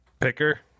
Picker